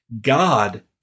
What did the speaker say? God